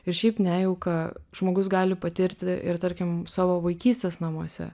ir šiaip nejauką žmogus gali patirti ir tarkim savo vaikystės namuose